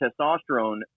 testosterone